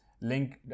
Link